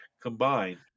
combined